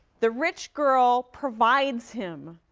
the rich girl provides him